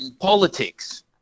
politics